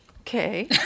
Okay